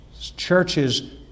churches